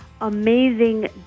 amazing